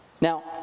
Now